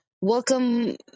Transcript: welcome